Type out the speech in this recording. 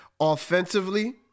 offensively